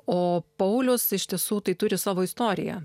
o paulius iš tiesų tai turi savo istoriją